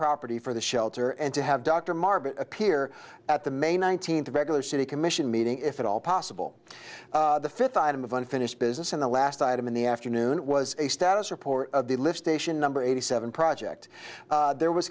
property for the shelter and to have dr marble appear at the may nineteenth a regular city commission meeting if at all possible the fifth item of unfinished business in the last item in the afternoon was a status report of the list station number eighty seven project there was